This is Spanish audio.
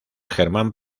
germán